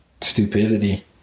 stupidity